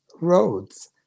roads